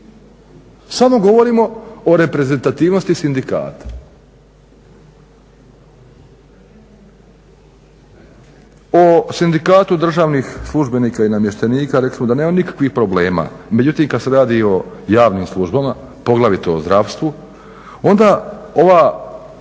samo govorimo o reprezentativnosti sindikata. O sindikatu državnih službenika rekli smo da nema nikakvih problema, međutim kada se radi o javnim službama poglavito o zdravstvu onda ova